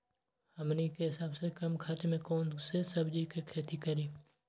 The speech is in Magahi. हमनी के सबसे कम खर्च में कौन से सब्जी के खेती करी?